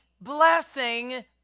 blessing